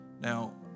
now